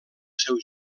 seu